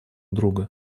друга